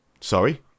Sorry